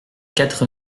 quatre